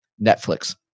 Netflix